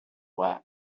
works